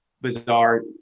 bizarre